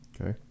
Okay